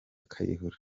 kayihura